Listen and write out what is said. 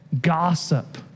gossip